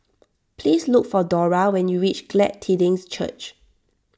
please look for Dora when you reach Glad Tidings Church